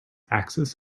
axis